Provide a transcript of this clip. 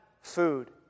food